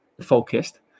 focused